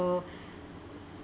uh